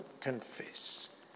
confess